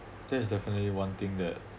that is definitely one thing that